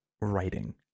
writing